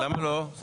למה לא?